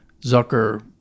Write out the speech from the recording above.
Zucker